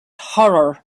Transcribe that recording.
horror